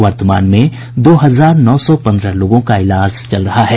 वर्तमान में दो हजार नौ सौ पन्द्रह लोगों का इलाज चल रहा है